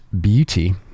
beauty